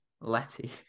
Letty